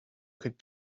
could